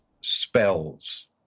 spells